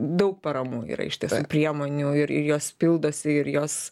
daug paramų yra iš tiesų priemonių ir ir jos pildosi ir jos